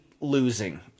losing